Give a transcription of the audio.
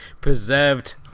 preserved